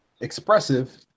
expressive